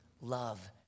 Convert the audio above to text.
love